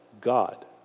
God